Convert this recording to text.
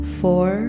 four